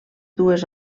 dues